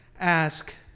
ask